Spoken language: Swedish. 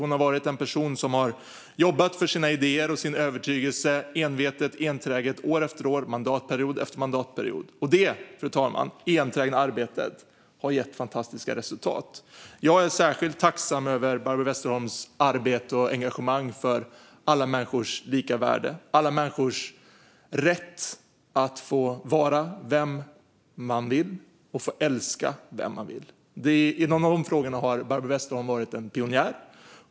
Hon är en person som har jobbat för sina idéer och sin övertygelse envetet och enträget år efter år och mandatperiod efter mandatperiod. Det enträgna arbetet, fru talman, har gett fantastiska resultat. Jag är särskilt tacksam över Barbro Westerholms arbete och engagemang för alla människors lika värde, alla människors rätt att få vara vem man vill och få älska vem man vill. Inom de frågorna har Barbro Westerholm varit en pionjär.